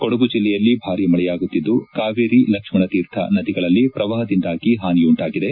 ಕೊಡಗು ಜಿಲ್ಲೆಯಲ್ಲಿ ಭಾರೀ ಮಳೆಯಾಗುತ್ತಿದ್ದು ಕಾವೇರಿ ಲಕ್ಷಣತೀರ್ಥ ನದಿಗಳಲ್ಲಿ ಪ್ರವಾಹದಿಂದಾಗಿ ಹಾನಿಯುಂಟಾಗಿದೆ